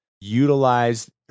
utilize